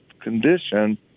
condition